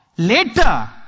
Later